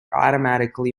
automatically